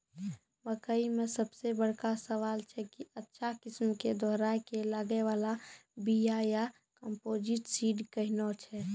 मकई मे सबसे बड़का सवाल छैय कि अच्छा किस्म के दोहराय के लागे वाला बिया या कम्पोजिट सीड कैहनो छैय?